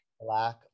black